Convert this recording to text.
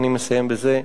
אני מסיים בזה,